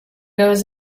goes